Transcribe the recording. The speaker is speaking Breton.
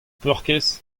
paourkaezh